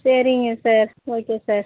சரிங்க sir okay sir